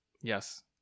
Yes